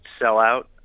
sellout